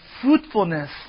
fruitfulness